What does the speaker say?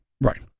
Right